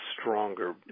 stronger